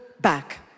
back